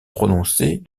prononcée